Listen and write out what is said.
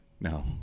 No